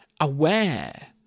aware